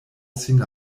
sin